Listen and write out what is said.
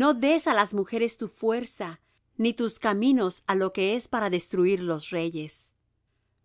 no des á las mujeres tu fuerza ni tus caminos á lo que es para destruir los reyes